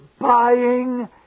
buying